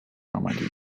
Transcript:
آمدید